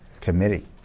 committee